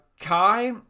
kai